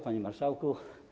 Panie Marszałku!